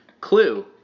Clue